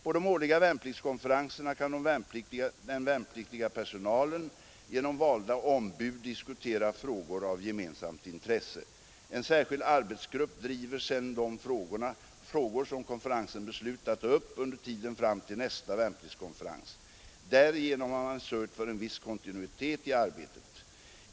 På de årliga värnpliktskonferenserna kan den värnpliktiga personalen genom valda ombud diskutera frågor av gemensamt intresse. En särskild arbetsgrupp driver sedan de frågor som konferensen beslutat ta upp örjt under tiden fram till nästa värnpliktskonferens. Därigenom har man s för en viss kontinuitet i arbetet.